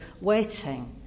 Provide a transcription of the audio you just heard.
waiting